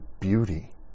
beauty